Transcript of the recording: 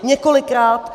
Několikrát.